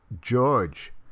George